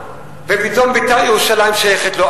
ופתאום "בית"ר ירושלים" שייכת לו.